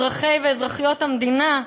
אזרחי ואזרחיות המדינה,